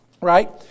right